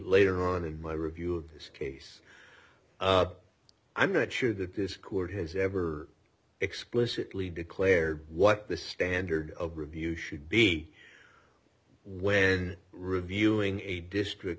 later on in my review of this case i'm not sure that this court has ever explicitly declared what the standard of review should be when reviewing a district